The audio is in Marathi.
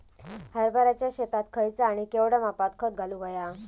हरभराच्या शेतात खयचा आणि केवढया मापात खत घालुक व्हया?